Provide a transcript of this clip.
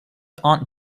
aunt